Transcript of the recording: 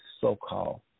so-called